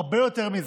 הרבה יותר מזה.